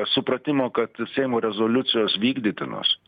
supratimo kad seimo rezoliucijos vykdytinos